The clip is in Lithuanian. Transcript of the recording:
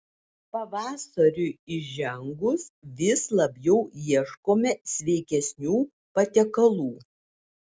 pavasariui įžengus vis labiau ieškome sveikesnių patiekalų